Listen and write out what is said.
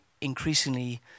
increasingly